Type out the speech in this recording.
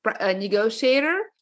negotiator